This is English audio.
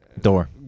door